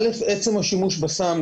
א' עצם השימוש בסם,